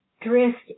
drift